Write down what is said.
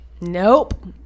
Nope